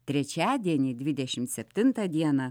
trečiadienį dvidešimt septintą dieną